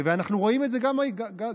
ואנחנו רואים את זה גם בתוך-תוכנו.